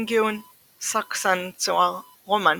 Ingenue Saxancour, רומן,